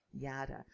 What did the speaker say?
yada